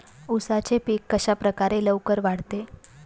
उसाचे पीक कशाप्रकारे लवकर वाढते?